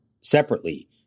separately